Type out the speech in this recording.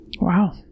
Wow